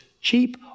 cheap